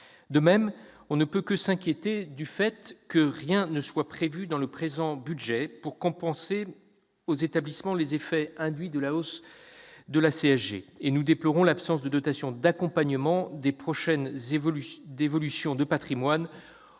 De même, on ne peut que s'inquiéter du fait que rien ne soit prévu dans le présent budget pour compenser aux établissements les effets induits de la hausse de la CSG. Nous déplorons également l'absence de dotation d'accompagnement des prochaines dévolutions de patrimoines